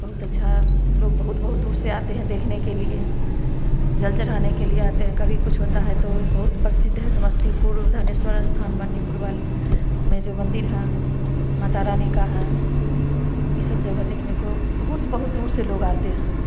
बहुत अच्छा लोग बहुत बहुत दूर से आते हैं देखने के लिए जल चढ़ाने के लिए आते हैं कभी कुछ होता है तो बहुत प्रसिद्ध है समस्तीपुर धनेश्वर स्थान मनिपुर वाली में जो मंदिर है माता रानी का है ई सब जगह देखने को बहुत बहुत दूर से लोग आते हैं